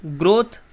growth